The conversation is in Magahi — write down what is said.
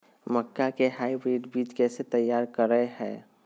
मक्का के हाइब्रिड बीज कैसे तैयार करय हैय?